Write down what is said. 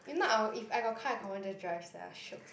if not I will if I got car I confirm just drive sia shiok